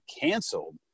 canceled